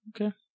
Okay